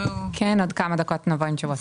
כן, עוד כמה דקות נבוא עם תשובות.